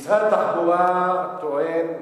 משרד התחבורה טוען,